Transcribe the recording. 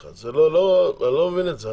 בחייך, אני לא מבין את זה.